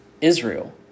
Israel